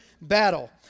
battle